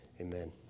amen